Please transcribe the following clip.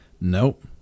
Nope